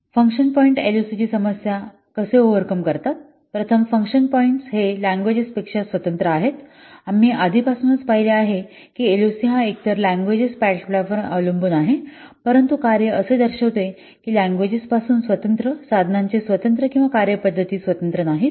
function points एलओसीची समस्या कसे ओव्हरकम करतात प्रथम फंक्शन पॉईंट्स हे लँग्वेजेस पेक्षा स्वतंत्र आहेत आम्ही आधीपासूनच पाहिले आहे की एलओसी हा एकतर लँग्वेजेस प्लॅटफॉर्मवर अवलंबून आहे परंतु कार्ये असे दर्शविते की लँग्वेजेसपासून स्वतंत्र साधनांचे स्वतंत्र किंवा कार्यपद्धती स्वतंत्र नाहीत